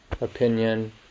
opinion